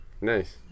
nice